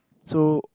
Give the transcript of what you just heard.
so